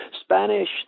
Spanish